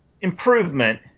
improvement